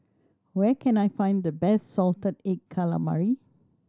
where can I find the best salted egg calamari